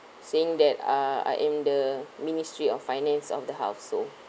saying that uh I am the ministry of finance of the house so